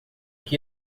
que